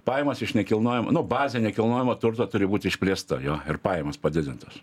pajamos iš nekilnojamo nu bazė nekilnojamo turto turi būti išplėsta jo ir pajamos padidintos